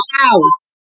house